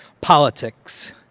politics